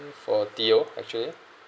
for theo actually